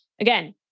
Again